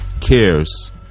Cares